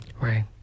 Right